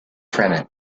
fremen